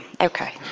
okay